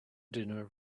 dinner